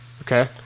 Okay